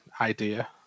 idea